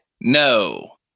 No